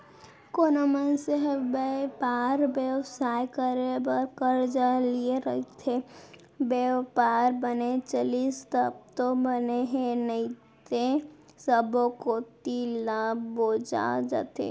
कोनो मनसे ह बयपार बेवसाय करे बर करजा लिये रइथे, बयपार बने चलिस तब तो बने हे नइते सब्बो कोती ले बोजा जथे